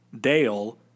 Dale